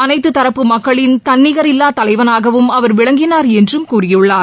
அனைத்துதரப்பு மக்களின் தன்னிரிகல்வாதலைவளாகவும் அவர் விளங்கினார் என்றும் கூறியுள்ளார்